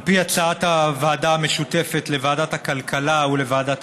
על פי הצעת הוועדה המשותפת לוועדת הכלכלה ולוועדת